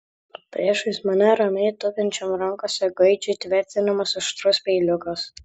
priešais mane ramiai tupinčiam rankose gaidžiui tvirtinamas aštrus peiliukas